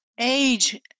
age